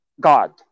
God